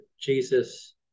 Jesus